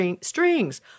strings